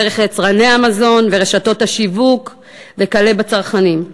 דרך יצרני המזון ורשתות השיווק וכלה בצרכנים.